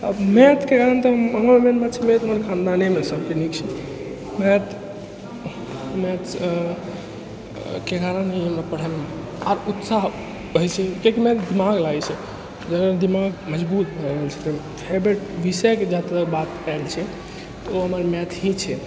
आब मैथके आन तऽ हमर मेन बात छलै जे हमर खानदानेमे सभके नीक छै मैथ मैथसँ पढ़ैमे आब उत्साह होइ छै किएककि मैथमे दिमाग लागै छै जकरामे दिमाग मजबूत भअ रहल छै तऽ फेवरेट विषयके जहाँ तक बात कैल छै तऽ ओ हमर मैथ ही छै